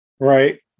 Right